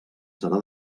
serà